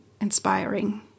inspiring